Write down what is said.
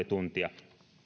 tuntia